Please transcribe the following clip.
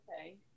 Okay